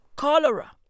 Cholera